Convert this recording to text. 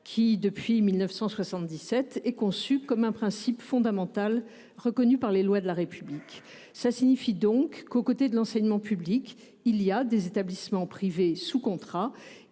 depuis 1977 comme un principe fondamental reconnu par les lois de la République. Cela signifie donc qu’aux côtés des établissements publics des établissements privés sous contrat